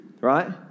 right